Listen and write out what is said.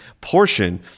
portion